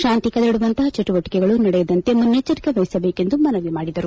ಶಾಂತಿ ಕದಡುವಂತಹ ಚಟುವಟಿಕೆಗಳು ನಡೆಯದಂತೆ ಮುನ್ನೆಚ್ಚರಿಕೆ ವಹಿಸಬೇಕೆಂದು ಮನವಿ ಮಾಡಿದರು